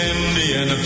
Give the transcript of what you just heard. Indian